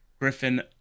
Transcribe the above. Griffin